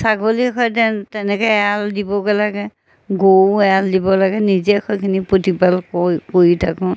ছাগলী সেইদৰে তেনেকৈ এৰাল দিবগৈ লাগে গৰু এৰাল দিব লাগে নিজে সেইখিনি প্ৰতিপাল কৰি কৰি থাকোঁ